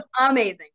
amazing